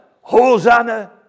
hosanna